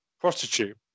prostitute